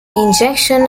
injection